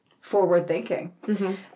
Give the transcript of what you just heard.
forward-thinking